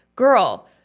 Girl